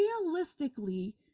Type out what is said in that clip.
realistically